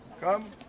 Come